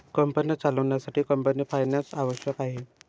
company चालवण्यासाठी company finance आवश्यक आहे